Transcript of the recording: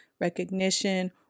recognition